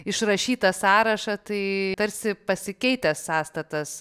išrašytą sąrašą tai tarsi pasikeitęs sąstatas